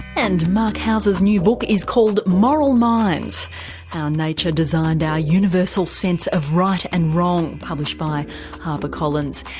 and marc hauser's new book is called moral minds how nature designed our universal sense of right and wrong published by harpercollins.